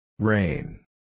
Rain